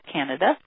Canada